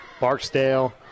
Barksdale